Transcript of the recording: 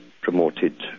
promoted